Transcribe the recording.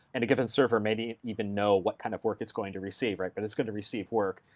and a given server maybe even know what kind of work it's going to receive, like but it's going to receive work.